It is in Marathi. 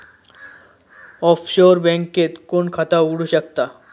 ऑफशोर बँकेत कोण खाता उघडु शकता?